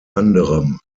anderem